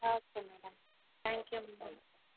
okay madam thank you ma'am